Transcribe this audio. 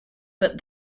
but